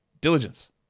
diligence